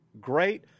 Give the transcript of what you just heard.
great